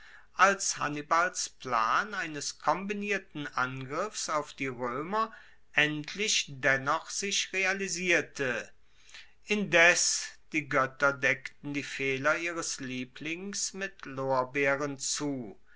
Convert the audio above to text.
als hannibals plan eines kombinierten angriffs auf die roemer endlich dennoch sich realisierte indes die goetter deckten die fehler ihres lieblings mit lorbeeren zu